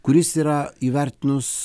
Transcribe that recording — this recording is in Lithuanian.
kuris yra įvertinus